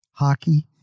hockey